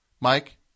Mike